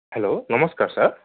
hello নমস্কাৰ sir